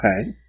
Okay